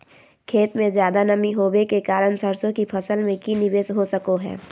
खेत में ज्यादा नमी होबे के कारण सरसों की फसल में की निवेस हो सको हय?